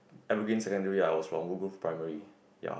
Evergreen Secondary I was from Woodgrove Primary ya